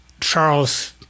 Charles